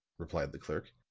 replied the clerk.